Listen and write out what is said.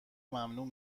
ممنوع